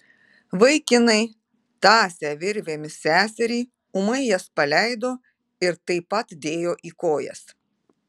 vaikinai tąsę virvėmis seserį ūmai jas paleido ir taip pat dėjo į kojas